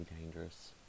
dangerous